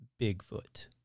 Bigfoot